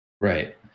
Right